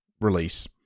release